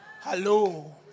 Hello